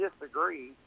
disagree